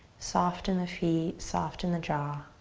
soft in the feet, soft in the jaw.